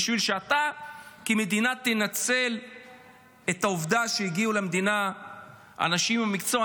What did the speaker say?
כדי שאתה כמדינה תנצל את העובדה שהגיעו למדינה אנשים עם מקצוע.